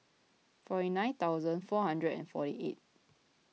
four nine thousand four hundred four eight